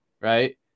Right